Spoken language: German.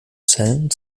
zellen